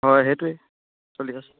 হয় সেইটোৱে চলি